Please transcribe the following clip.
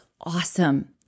awesome